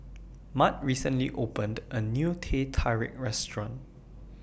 Mart recently opened A New Teh Tarik Restaurant